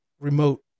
remote